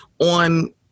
on